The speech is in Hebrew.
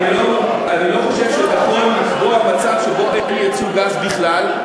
לכן אני לא חושב שנכון מצב שבו אין ייצוא גז בכלל,